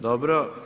Dobro.